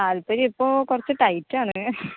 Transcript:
താൽപര്യം ഇപ്പോൾ കുറച്ച് ടൈറ്റാണ്